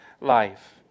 life